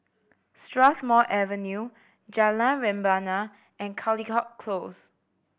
Strathmore Avenue Jalan Rebana and Caldecott Close